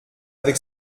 avec